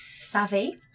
Savvy